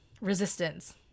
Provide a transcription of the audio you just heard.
resistance